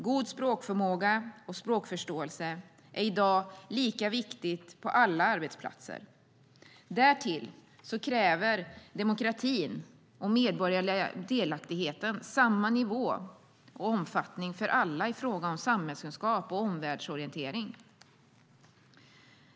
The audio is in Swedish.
God språkförmåga och språkförståelse är i dag lika viktigt på alla arbetsplatser. Därtill kräver demokratin och den medborgerliga delaktigheten samma nivå och omfattning för alla i fråga om samhällskunskap och omvärldsorientering.